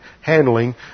handling